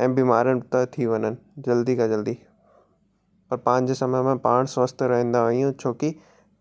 ऐं बीमार बि था थी वञनि जल्दी खां जल्दी त पंहिंजे समय में पाणि स्वस्थ्य रहंदा आहियूं छो की